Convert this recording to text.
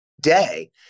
day